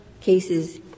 cases